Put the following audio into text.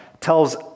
tells